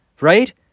Right